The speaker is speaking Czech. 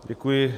Děkuji.